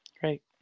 Great